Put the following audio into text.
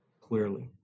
clearly